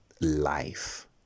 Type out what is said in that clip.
life